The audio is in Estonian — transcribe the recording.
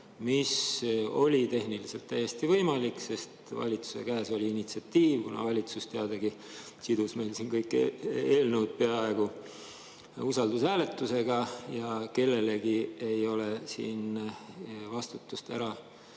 See oli tehniliselt täiesti võimalik, sest valitsuse käes oli initsiatiiv, kuna valitsus, teadagi, sidus siin peaaegu kõik eelnõud usaldushääletusega ja kellelegi ei ole vastutust ära